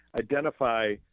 identify